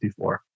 54